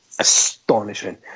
astonishing